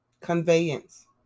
Conveyance